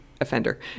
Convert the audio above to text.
offender